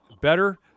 better